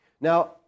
Now